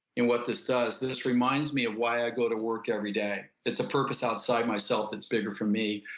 and what this does this reminds me of why i go to work every day. it's a purpose outside myself that's bigger for me.